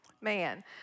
Man